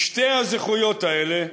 משתי הזכויות האלה,